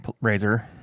razor